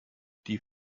die